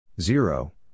Zero